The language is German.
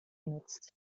genutzt